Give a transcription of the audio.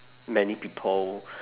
many people